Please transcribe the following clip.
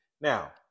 Now